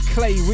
Clay